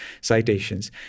citations